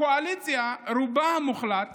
הקואליציה ברובה המוחלט